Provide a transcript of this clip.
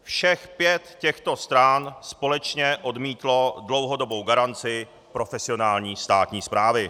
Všech pět těchto stran společně odmítlo dlouhodobou garanci profesionální státní správy.